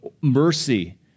mercy